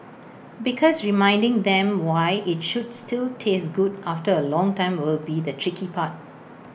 because reminding them why IT should still taste good after A long time will be the tricky part